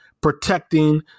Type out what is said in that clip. protecting